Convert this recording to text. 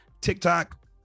TikTok